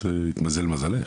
התמזל מזלך.